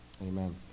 Amen